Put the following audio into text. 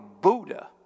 Buddha